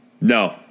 No